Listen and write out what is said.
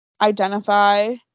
identify